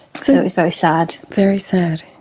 so it was very sad. very sad.